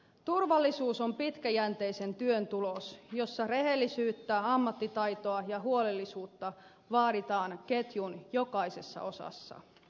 turvallisuus on pitkäjänteisen työn tulos jossa rehellisyyttä ammattitaitoa ja huolellisuutta vaaditaan ketjun jokaisessa osassa